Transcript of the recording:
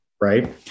right